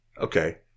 Okay